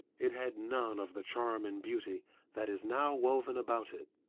it had none of the charm and beauty that is now woven about it.